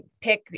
pick